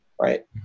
right